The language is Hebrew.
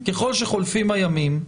ככל שחולפים הימים,